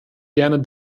gerne